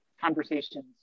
conversations